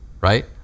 right